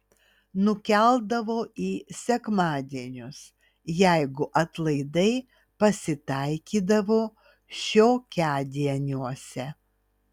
nukeldavo į sekmadienius jeigu atlaidai pasitaikydavo šiokiadieniuose